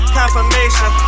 confirmation